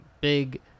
big